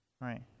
right